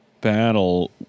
battle